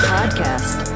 Podcast